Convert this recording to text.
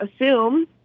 assume